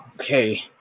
okay